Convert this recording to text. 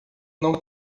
não